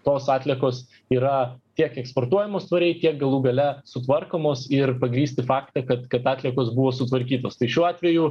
tos atliekos yra tiek eksportuojamos tvariai tiek galų gale sutvarkomos ir pagrįsti faktą kad kad atliekos buvo sutvarkytos tai šiuo atveju